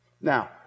Now